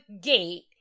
gate